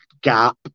gap